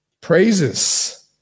praises